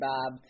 Bob